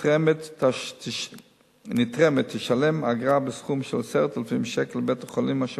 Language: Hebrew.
הנתרמת תשלם אגרה בסכום של 10,000 שקל לבית-החולים אשר